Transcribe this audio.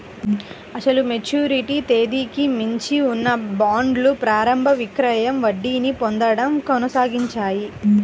అసలు మెచ్యూరిటీ తేదీకి మించి ఉన్న బాండ్లు ప్రారంభ విక్రయం వడ్డీని పొందడం కొనసాగించాయి